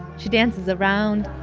she dances around.